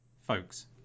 folks